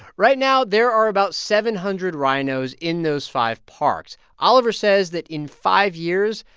right now, there are about seven hundred rhinos in those five parks. oliver says that in five years,